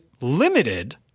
limited